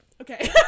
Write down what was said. Okay